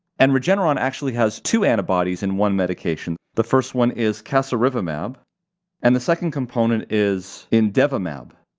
and regeneron actually has two antibodies in one medication. the first one is casirivimab and the second component is imdevimab.